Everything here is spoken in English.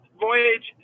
Voyage